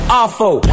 awful